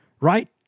right